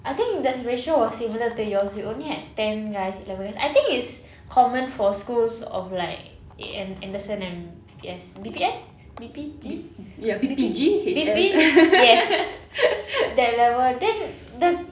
I think that ratio was similar to yours we only had ten guys eleven guys I think it's common for schools of like a~ an~ anderson and B_P_S B_P_S B_P_G B_P B_P yes that level then the